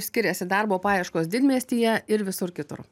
skiriasi darbo paieškos didmiestyje ir visur kitur